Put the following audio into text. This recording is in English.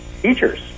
teachers